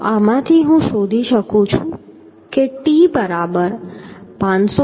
તો આમાંથી હું શોધી શકું છું કે t બરાબર 539